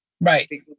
Right